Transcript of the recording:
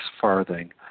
farthing